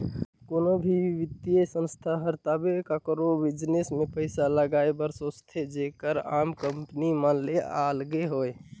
कोनो भी बित्तीय संस्था हर तबे काकरो बिजनेस में पइसा लगाए बर सोंचथे जेहर आम कंपनी मन ले अलगे होए